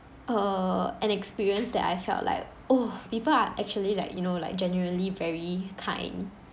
err an experience that I felt like oh people are actually like you know like generally very kind